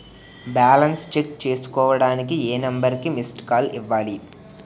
Balance check చేసుకోవటానికి ఏ number కి మిస్డ్ కాల్ ఇవ్వాలి?